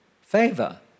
favor